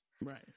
Right